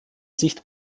sicht